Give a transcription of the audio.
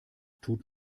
tut